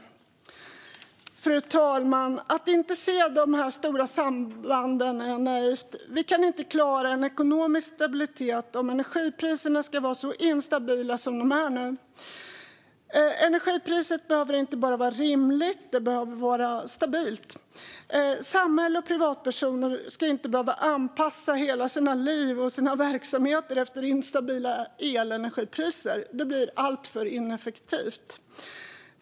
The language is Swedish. Fru talman! Att inte se dessa stora samband är naivt. Vi kan inte klara en ekonomisk stabilitet om energipriserna ska vara så instabila som de nu är. Energipriset behöver inte bara vara rimligt, det behöver dessutom vara stabilt. Privatpersoner och samhälle ska inte behöva anpassa hela sina liv och sina verksamheter efter instabila elenergipriser. Det blir alltför ineffektivt.